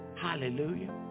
Hallelujah